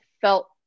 felt